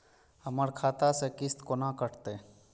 हमर खाता से किस्त कोना कटतै?